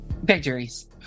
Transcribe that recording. Victories